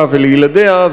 לה ולילדיה,